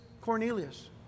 Cornelius